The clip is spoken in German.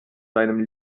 seinem